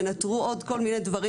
ינטרו עוד כל מיני דברים.